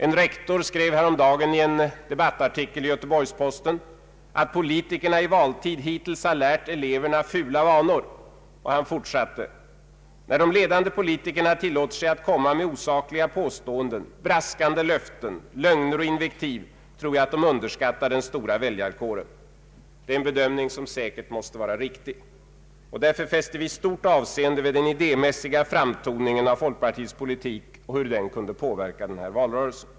En rektor skrev häromdagen i en debattartikel i Göteborgs-Posten, att politikerna i valtid hittills har lärt eleverna fula vanor, och fortsatte: ”När de ledande politikerna tillåter sig att komma med osakliga påståenden, braskande löften, lögner och invektiv, tror jag att de underskattar den stora väljarkåren.” Det är en bedömning som säkert måste vara riktig. Därför fäster vi stort avseende vid den idémässiga framtoningen av folkpartiets politik och hur den kunde påverka valrörelsen.